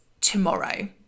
tomorrow